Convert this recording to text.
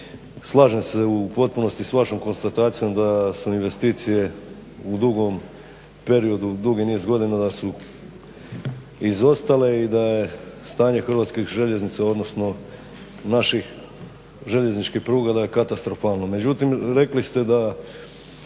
Slažem se u potpunosti sa vašom konstatacijom da su investicije u dugom periodu, dugi niz godina da su izostale i da je stanje Hrvatskih željeznica, odnosno naših željezničkih pruga da je katastrofalno.